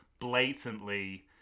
blatantly